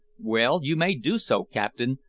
well, you may do so, captain,